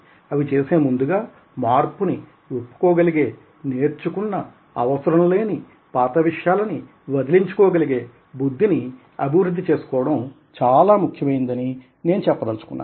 అవి చేసే ముందుగా మార్పుని ఒప్పుకోగలిగే నేర్చుకున్న అవసరంలేని పాత విషయాలని వదిలించుకోగలిగే బుద్దిని అభివృద్ది చేసుకోవడం చాలా ముఖ్యమైనదని నేను చెప్ప దలచుకున్నాను